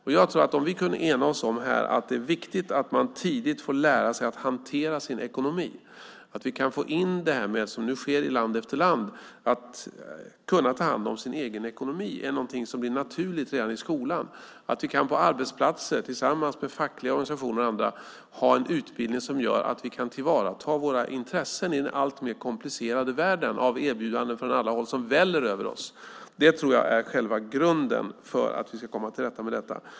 Det vore bra om vi kunde ena oss om att det är viktigt att man tidigt får lära sig att hantera sin ekonomi och att vi kunde få in det, så som nu sker i land efter land, naturligt redan i skolan. På arbetsplatser kunde man tillsammans med fackliga organisationer och andra ha en utbildning som gör att vi lär oss att tillvarata våra intressen i den alltmer komplicerade världen av erbjudanden som väller över oss från alla håll. Det tror jag är själva grunden för att vi ska kunna komma till rätta med detta.